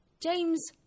James